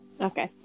Okay